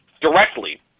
directly